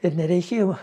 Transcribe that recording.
ir nereikėjo